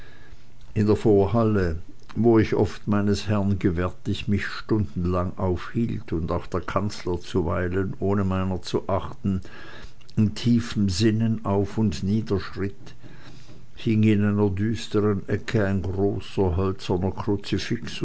in der vorhalle wo ich oft meines herrn gewärtig mich stundenlang aufhielt und auch der kanzler zuweilen ohne meiner zu achten in tiefem sinnen auf und nieder schritt hing in einer düstren ecke ein großer hölzerner